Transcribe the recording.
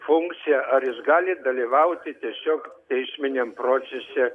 funkcija ar jis gali dalyvauti tiesiog teisminiam procese